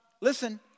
listen